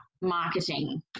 marketing